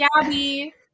Gabby